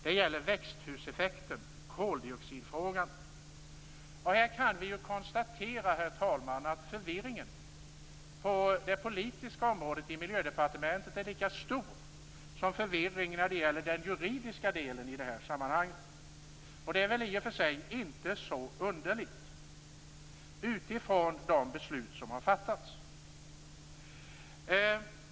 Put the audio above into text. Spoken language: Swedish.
Det gäller växthuseffekten och koldioxidfrågan. Här kan vi konstatera att förvirringen på det politiska området är lika stor som förvirringen när det gäller den juridiska delen i sammanhanget. Det är väl i och för sig inte så underligt utifrån de beslut som fattats.